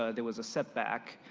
ah there was a setback.